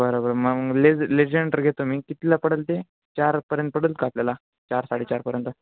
बरं बरं मंग लेज लेजेंडर घेतो मी कितल्या पडेल ते चारपर्यंत पडेल का आपल्याला चार साडेचारपर्यंत